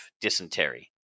dysentery